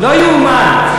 לא יאומן.